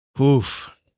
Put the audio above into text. Oof